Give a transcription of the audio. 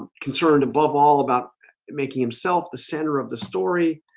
concerned above all about making himself the center of the story